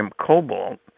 Cobalt